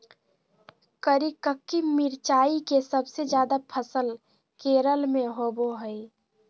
करिककी मिरचाई के सबसे ज्यादा फसल केरल में होबो हइ